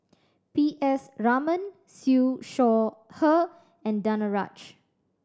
P S Raman Siew Shaw Her and Danaraj